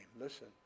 listen